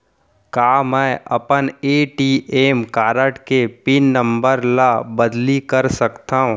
का मैं अपन ए.टी.एम कारड के पिन नम्बर ल बदली कर सकथव?